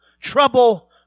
trouble